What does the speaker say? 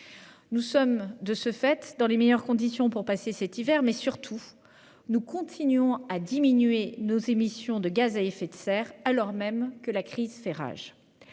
nous sommes dans les meilleures conditions pour passer cet hiver, mais, surtout, nous continuons à diminuer nos émissions de gaz à effet de serre alors même que la crise fait rage.